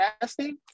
casting